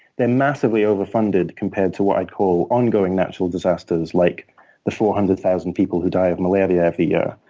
they're massively overfunded compared to what i'd call ongoing natural disasters like the four hundred thousand people who die of malaria every year.